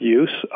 use